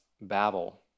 Babel